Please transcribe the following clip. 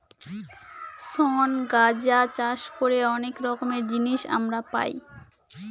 শন গাঁজা চাষ করে অনেক রকমের জিনিস আমরা পাই